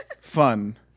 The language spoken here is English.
Fun